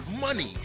money